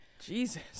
Jesus